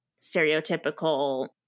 stereotypical